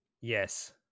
Yes